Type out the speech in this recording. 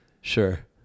Sure